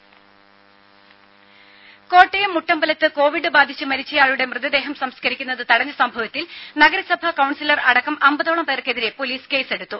രുഭ കോട്ടയം മുട്ടമ്പലത്ത് കോവിഡ് ബാധിച്ച് മരിച്ചയാളുടെ മൃതദേഹം സംസ്കരിക്കുന്നത് തടഞ്ഞ സംഭവത്തിൽ നഗരസഭാ കൌൺസിലർ അടക്കം അമ്പതോളം പേർക്കെതിരെ പോലീസ് കേസെടുത്തു